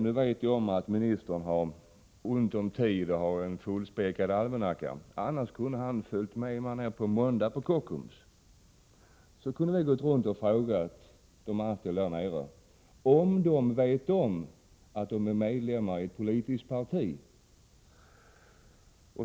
Jag vet att ministern har ont om tid och har en fullspäckad almanacka, annars kunde han ha följt med till Kockums på måndag. Vi kunde ha gått runt där och frågat de anställda om de vet att de är medlemmar i ett politiskt parti.